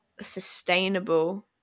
sustainable